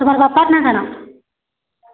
ତୁମର୍ ବାପାର୍ ନାଁ କାଣା